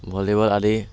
volleyball আদি